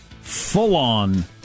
full-on